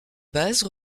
base